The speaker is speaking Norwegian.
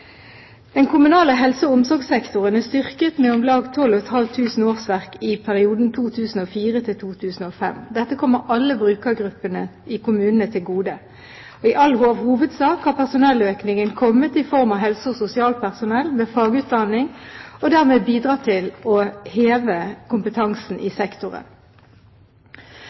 Den kommunale helse- og omsorgssektoren er styrket med om lag 12 500 årsverk i perioden 2004–2008. Dette kommer alle brukergruppene i kommunene til gode. I all hovedsak har personelløkningen kommet i form av helse- og sosialpersonell med fagutdanning, og har dermed bidratt til å heve kompetansen i sektoren.